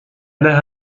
لها